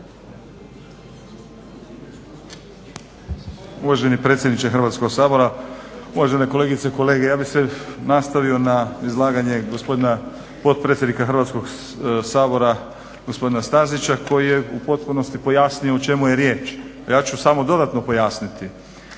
Uvaženi predsjedniče Hrvatskoga sabora, uvažene kolegice i kolege. Ja bih se nastavio na izlaganje gospodina potpredsjednika Hrvatskoga sabora, gospodina Stazića koji je u potpunosti pojasnio o čemu je riječ. Ja ću samo dodatno pojasniti,